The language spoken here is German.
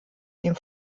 dem